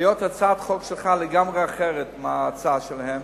היות שהצעת החוק שלך לגמרי שונה מההצעה שלהם,